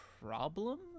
problem